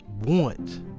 want